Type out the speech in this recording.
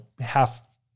half